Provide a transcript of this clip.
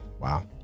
wow